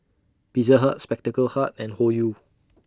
Pizza Hut Spectacle Hut and Hoyu